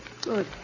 Good